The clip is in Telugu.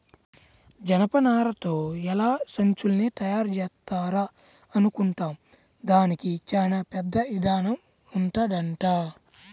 జనపనారతో ఎలా సంచుల్ని తయారుజేత్తారా అనుకుంటాం, దానికి చానా పెద్ద ఇదానం ఉంటదంట